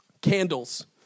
Candles